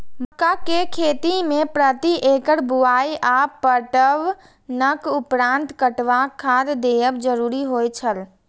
मक्का के खेती में प्रति एकड़ बुआई आ पटवनक उपरांत कतबाक खाद देयब जरुरी होय छल?